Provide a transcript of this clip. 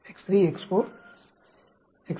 X2 X3 X4